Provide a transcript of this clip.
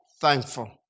Thankful